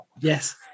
Yes